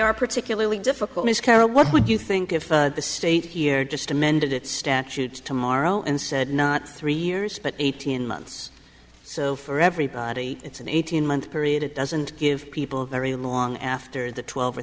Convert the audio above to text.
are particularly difficult news carol what would you think if the state here just amended it statute tomorrow and said not three years but eighteen months so for everybody it's an eighteen month period it doesn't give people very long after the twelve or